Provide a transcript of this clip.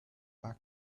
back